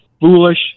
foolish